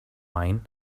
wine